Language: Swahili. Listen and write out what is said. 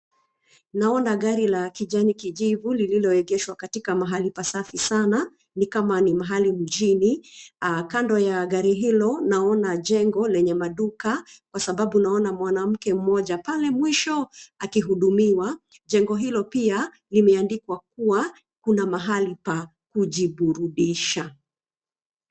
Naona gari la kijani kijivu lililoegeshwa katika mahali pasafi sana, ni kama ni mahali mjini. Kando ya gari hilo naona jengo lenye maduka kwa sababu naona mwanamke mmoja pale mwisho akihudumiwa. Jengo hilo pia limeandikwa kua, kuna mahali pa kujiburudisha.